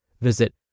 Visit